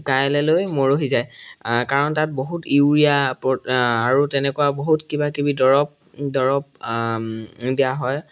কাইলৈলৈ মৰহি যায় কাৰণ তাত বহুত ইউৰিয়া আৰু তেনেকুৱা বহুত কিবা কিবি দৰৱ দৰৱ দিয়া হয়